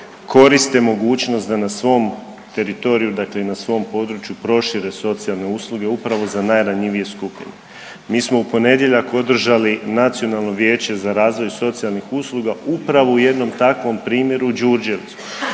koriste mogućnost da na svom teritoriju i na svom području prošire socijalne usluge upravo za najranjivije skupine. Mi smo u ponedjeljak održali Nacionalno vijeće za razvoj socijalnih usluga upravo u jednom takvom primjeru u Đurđevcu